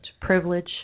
privilege